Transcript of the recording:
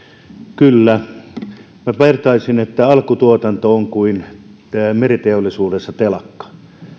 kyllä vertaisin että alkutuotanto on kuin meriteollisuudessa telakka